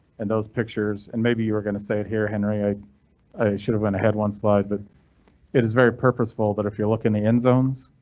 and those pictures and maybe you were going to say it here. henry i i should have been ahead. one slide but it is very purposeful. but if you look in the end zones,